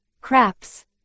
craps